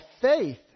faith